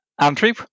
Andrew